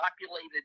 populated